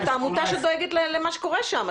אתה עמותה שדואגת למה שקורה שם.